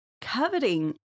coveting